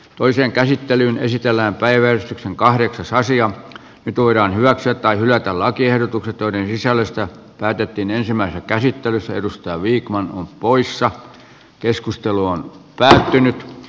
toisen käsittelyn esitellään päiväys on nyt voidaan hyväksyä tai hylätä lakiehdotukset joiden sisällöstä päätettiin ensimmäisessä käsittelyssä edustaa viikon poissa keskustelu on päättynyt